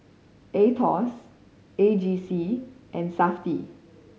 Aetos A G C and Safti